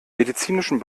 medizinischen